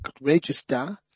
register